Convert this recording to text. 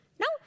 No